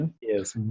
yes